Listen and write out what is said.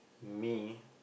me